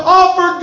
offer